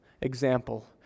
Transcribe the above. example